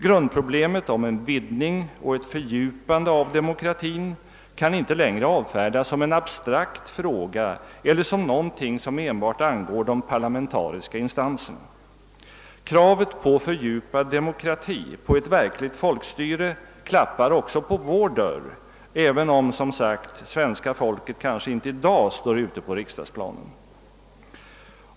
Grundproblemet om en vidgning och ett fördjupande av demokratin kan inte längre avfärdas som en abstrakt fråga eller som någonting som enbart angår de parlamentariska instanserna. Kravet på fördjupad demokrati, på ett verkligt folkstyre, klappar också på vår dörr, även om som sagt svenska folket kanske inte i dag står ute på riksdagsplanen.